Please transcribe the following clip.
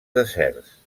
deserts